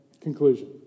Conclusion